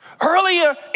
Earlier